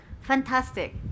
Fantastic